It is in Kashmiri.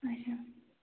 اچھا